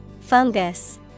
Fungus